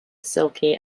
silky